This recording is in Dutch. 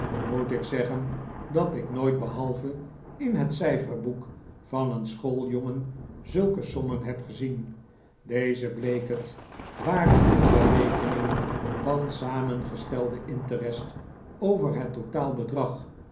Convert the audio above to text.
moet ik zeggen dat ik nooit behalve in het cijferboek van een schooljongen zulke sommen heb gezien deze bleek het waren berekeningen van samengestelden interest over het totaal